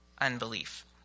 unbelief